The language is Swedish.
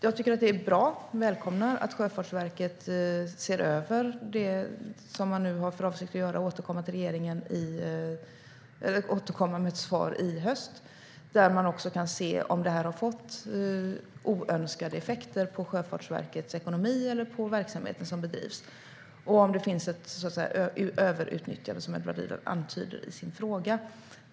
Jag välkomnar att Sjöfartsverket ser över detta, vilket man har för avsikt att göra. Man ska återkomma med ett svar i höst, där man också kan se om detta har fått oönskade effekter på Sjöfartsverkets ekonomi eller på den verksamhet som bedrivs, liksom om det finns ett överutnyttjande, som ju Edward Riedl antyder i sin fråga.